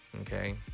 Okay